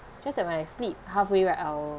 just that my sleep halfway right I will